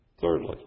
Thirdly